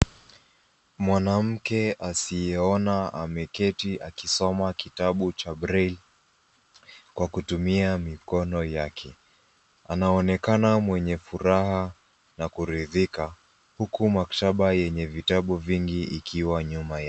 Mwanamke asiyeona ameketi akisoma kitabu cha breli kwa kutumia mikono yake anaonekana mwenye furaha na kuridhika huku maktaba yenye vitabu nyingi ikiwa nyuma yake.